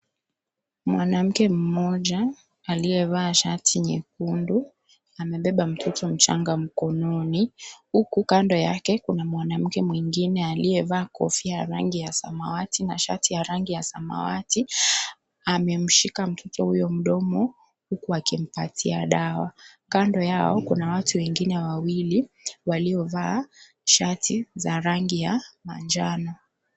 Mwanamke mmoja aliyevaa shati nyekundu amebeba mtoto mchanga mkononi huku kando yake kuna mwanamke mwingine aliyevaa kofia ya rangi ya samawati na shati ya rangi ya samawat amemshika mtoto huyo mdomo huku akimpatia dawa. Kando yao kuna watu wengine wawili waliovaa shati za rangi ya manjano.